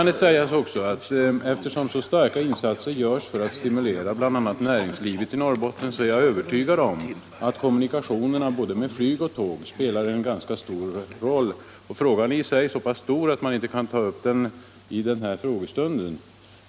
Det görs stora insatser för att stimulera bl.a. näringslivet i Norrbotten. Jag är övertygad om att kommunikationerna både med flyg och med tåg här spelar stor roll. Denna fråga är i sig så stor att man inte kan ta upp den under denna frågestund.